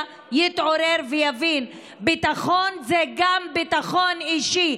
יתעורר ויבין: ביטחון זה גם ביטחון אישי.